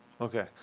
Okay